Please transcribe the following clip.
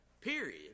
period